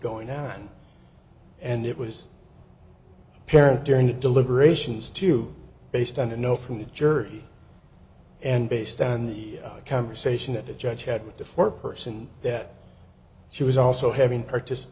going on and it was apparent during the deliberations to you based on a no from the jury and based on the conversation that the judge had with the four person that she was also having purchased